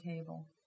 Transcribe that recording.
table